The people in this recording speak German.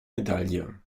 medaille